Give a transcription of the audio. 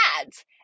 ads